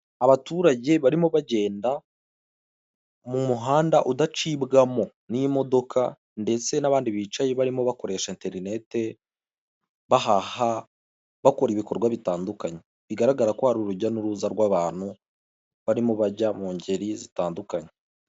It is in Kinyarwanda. Abaturage barimo bagenda mu muhanda udacibwamo n'imodoka ndetse n'abandi bicaye barimo bakoresha enterinete, bahaha, bakora ibikorwa bitandukanye. Bigaragara ko hari urujya n'uruza rw'abantu barimo bajya mu ngeri zitandukanye.